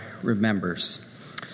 remembers